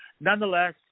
Nonetheless